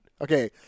Okay